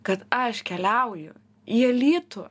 kad aš keliauju į alytų